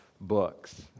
books